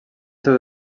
seus